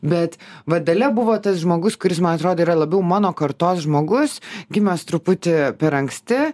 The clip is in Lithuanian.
bet va dalia buvo tas žmogus kuris man atrodo yra labiau mano kartos žmogus gimęs truputį per anksti